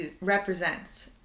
represents